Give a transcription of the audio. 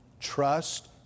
Trust